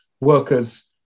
workers